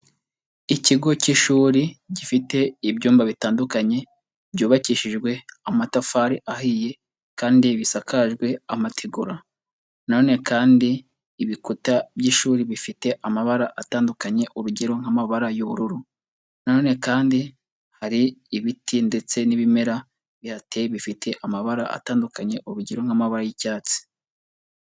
Ikigo cy'ishuri gifite ibyumba bitandukanye byubakishijwe amatafari ahiye kandi bisakajwe amategura, n anone kandi ibikuta by'ishuri bifite amabara atandukanye urugero nk'amabara y'ubururu, na none kandi hari ibiti ndetse n'ibimera bihateye bifite amabara atandukanye urugero nk'amabara y'icyatsi.